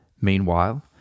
Meanwhile